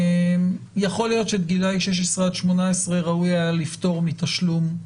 יכול להיות שגילאי 16 עד 18 ראוי היה לפטור מתשלום,